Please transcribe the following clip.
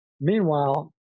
Meanwhile